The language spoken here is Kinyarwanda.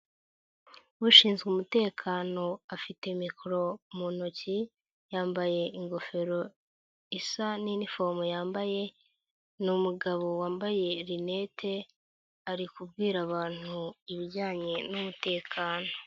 Ushinzwe umutekano afite mikoro mu ntoki, yambaye ingofero isa n'iniforomo yambaye, ni umugabo wambaye rinete, ari kubwira abantu ibijyanye n'umutekano.